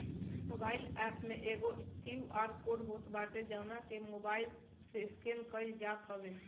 mobile app में एगो QR code होत बाटे जवना के मोबाईल से स्केन कईल जात हवे